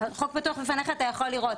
החוק פתוח בפניך, אתה יכול לראות.